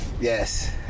Yes